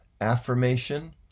affirmation